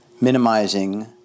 minimizing